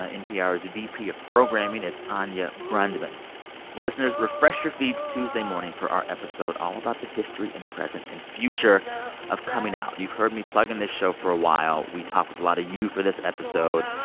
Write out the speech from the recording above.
ah npr's vp of programming, is anya grundmann listeners, refresh your feeds tuesday morning for our episode all about the history and present and future of coming out. you've heard me plugging this show for a while. we talk with a lot of you for this episode.